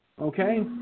Okay